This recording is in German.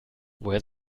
woher